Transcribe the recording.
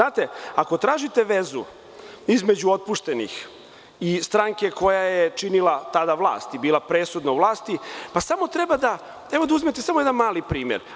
Ako tražite vezu između otpuštenih i stranke koja je činila tada vlast i bila presudna u vlasti samo treba da, evo da uzmete jedan mali primer.